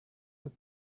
that